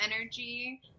energy